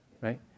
right